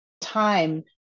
time